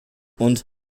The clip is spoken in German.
und